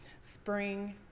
spring